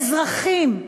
אזרחים,